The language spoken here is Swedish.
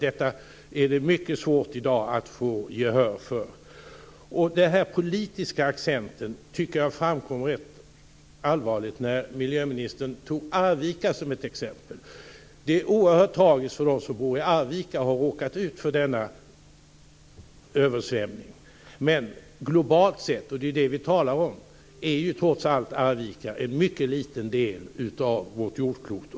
Detta är det mycket svårt att få gehör för i dag. Den här politiska accenten tyckte jag framkom på ett rätt allvarligt sätt när miljöministern tog Arvika som ett exempel. Den översvämning som de boende i Arvika har råkat ut för är oerhört tragisk. Men globalt sett, och det är ju det vi talar om, är trots allt Arvika en mycket liten del av vårt jordklot.